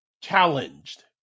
challenged